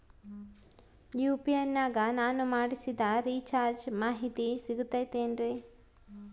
UPI ನಾಗ ನಾನು ಮಾಡಿಸಿದ ರಿಚಾರ್ಜ್ ಮಾಹಿತಿ ಸಿಗುತೈತೇನ್ರಿ?